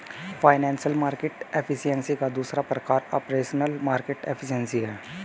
financial market efficiency का दूसरा प्रकार ऑपरेशनल मार्केट एफिशिएंसी है